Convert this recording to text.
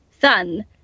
son